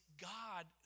God